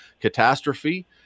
catastrophe